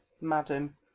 madam